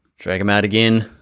drag him out again,